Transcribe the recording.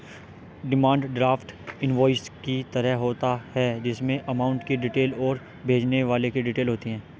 demand draft invoice की तरह होता है जिसमे अमाउंट की डिटेल और भेजने वाले की डिटेल होती है